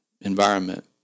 environment